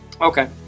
Okay